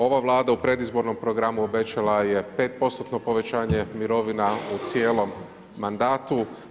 Ova vlada u predizbornom programu obećala je 5% povećanje mirovina u cijelom mandatu.